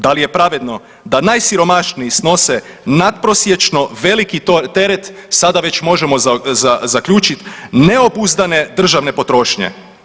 Dali je pravedno da najsiromašniji snose nadprosječno veliki teret sada već možemo zaključiti neobuzdane državne potrošnje.